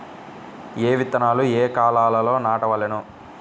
ఏ విత్తనాలు ఏ కాలాలలో నాటవలెను?